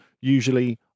usually